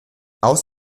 aus